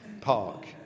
Park